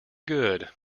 good